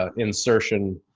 ah insertion,